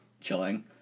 chilling